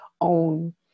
own